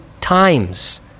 times